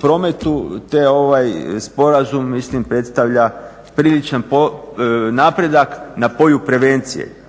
prometu te ovaj sporazum mislim predstavlja priličan napredak na polju prevencije.